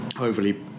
overly